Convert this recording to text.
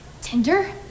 Tinder